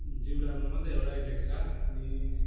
जिउडालमा मात्रै एउटै देख्छ अनि